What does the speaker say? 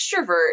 extrovert